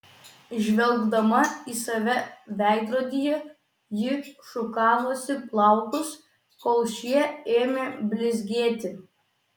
žvelgdama į save veidrodyje ji šukavosi plaukus kol šie ėmė blizgėti